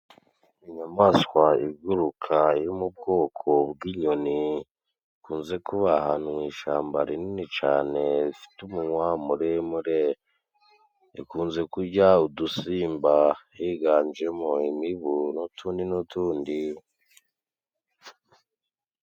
Inyamaswa iguruka yo mu bwoko bw'inyoni. Ikunze kuba ahantu mu ishamba rinini cane. Ifite umunwa muremure ikunze kurya udusimba higanjemo imibu n'utundi n'utundi.